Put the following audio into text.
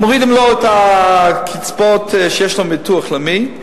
מורידים לו את הקצבאות שיש לו מהביטוח הלאומי,